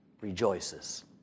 rejoices